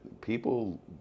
People